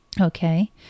Okay